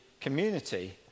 community